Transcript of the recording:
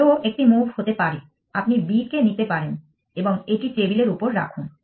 আরও একটি মুভ হতে পারে আপনি b কে নিতে পারেন এবং এটি টেবিলের উপর রাখুন